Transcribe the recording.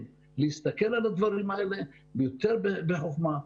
להסתכל על הדברים האלה בצורה יותר חכמה,